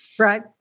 Right